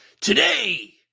Today